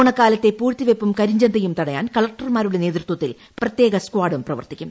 ഓണക്കാല്ത്തെ പൂഴ്ത്തിവയ്പ്പും കരിച്ചന്തയും തടയാൻ കളക്ടർമാരൂടെ നേതൃത്വത്തിൽ പ്രത്യേക സ്കാഡും പ്രവർത്തിക്കും